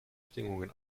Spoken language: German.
bedingungen